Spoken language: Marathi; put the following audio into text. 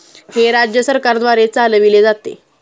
हे राज्य सरकारद्वारे चालविले जाते